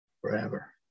forever